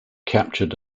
captured